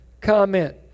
Comment